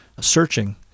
searching